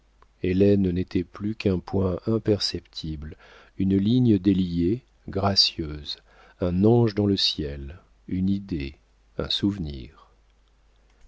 hélène n'était plus qu'un point imperceptible une ligne déliée gracieuse un ange dans le ciel une idée un souvenir